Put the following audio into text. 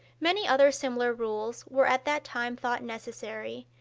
many other similar rules were at that time thought necessary,